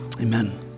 Amen